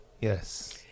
Yes